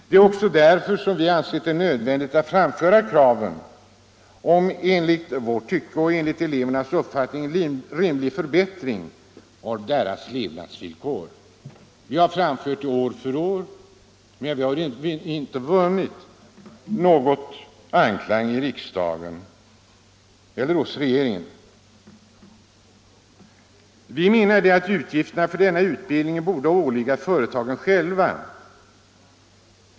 Det är också därför — Arbetsmarknadsutsom vi ansett det nödvändigt att framföra kraven på en enligt vårt tycke — bildningen och enligt elevernas uppfattning rimlig förbättring av deras levnadsvillkor. Vi har framfört dessa krav år efter år, men de har inte vunnit anklang i riksdagen eller hos regeringen. Vi menar att utgifterna för denna utbildning borde åligga företagen själva.